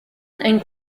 and